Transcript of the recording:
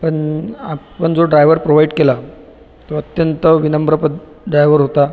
पण आपण जो ड्रायवर प्रोवाइड केला तो अत्यंत विनम्र पध ड्रायवर होता